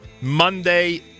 Monday